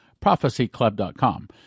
prophecyclub.com